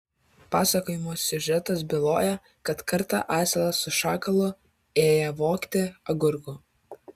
pasakojimo siužetas byloja kad kartą asilas su šakalu ėję vogti agurkų